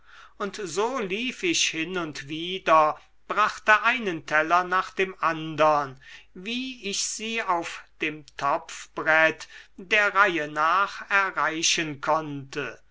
und so lief ich hin und wider brachte einen teller nach dem andern wie ich sie auf dem topfbrett der reihe nach erreichen konnte